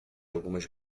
algumas